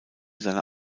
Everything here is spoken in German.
seiner